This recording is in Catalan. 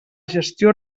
gestió